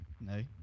No